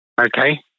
Okay